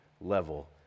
level